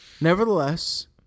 Nevertheless